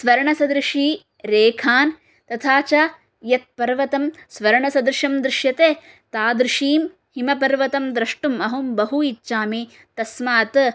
स्वर्णसदृशरेखाः तथा च यत्पर्वतं स्वर्णसदृशं दृश्यते तादृशं हिमपर्वतं द्रष्टुम् अहं बहु इच्छामि तस्मात्